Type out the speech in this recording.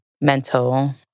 mental